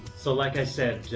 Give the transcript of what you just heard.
so like i said,